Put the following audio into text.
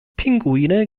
pinguine